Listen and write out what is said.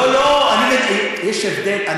לא, לא, יש הבדל.